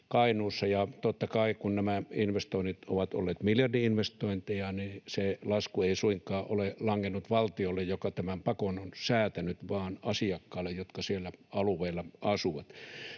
Kainuussa, ja totta kai, kun nämä investoinnit ovat olleet miljardi-investointeja, niin se lasku ei suinkaan ole langennut valtiolle, joka tämän pakon on säätänyt, vaan asiakkaille, jotka siellä alueilla asuvat.